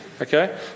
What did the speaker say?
okay